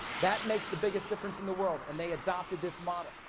that makes the biggest difference in the world. and they adopted this model.